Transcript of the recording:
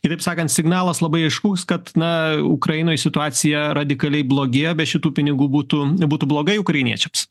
kitaip sakant signalas labai aiškus kad na ukrainoj situacija radikaliai blogėja be šitų pinigų būtų būtų blogai ukrainiečiams